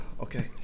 Okay